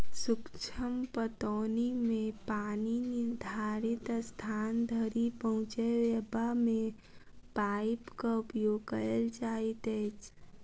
सूक्ष्म पटौनी मे पानि निर्धारित स्थान धरि पहुँचयबा मे पाइपक उपयोग कयल जाइत अछि